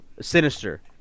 sinister